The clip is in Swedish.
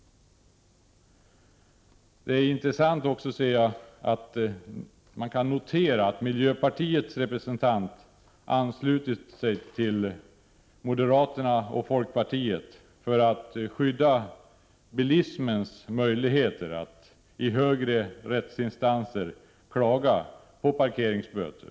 Det är intressant att notera att miljöpartiets representant anslutit sig till moderaterna och folkpartiet för att skydda bilismens möjligheter att i högre rättsinstanser klaga på felparkeringsavgifter.